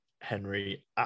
henry